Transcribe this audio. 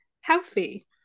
healthy